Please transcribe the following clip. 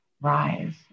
rise